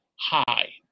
high